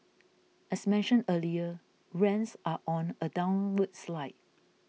as mentioned earlier rents are on a downward slide